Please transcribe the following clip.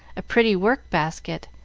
a pretty work-basket,